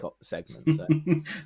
segment